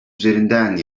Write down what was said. üzerinden